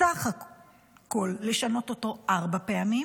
בסך הכול לשנות אותו ארבע פעמים,